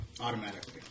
automatically